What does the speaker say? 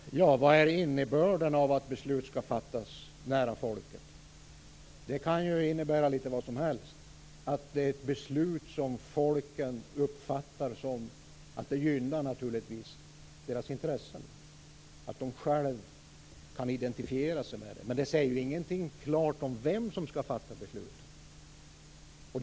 Herr talman! Ja, vad är innebörden av att beslut skall fattas nära folket? Det kan innebära litet vad som helst. Det kan betyda att folket uppfattar att beslutet gynnar dess intressen, att folket kan identifiera sig med det. Men det säger ingenting klart om vem som skall fatta beslutet.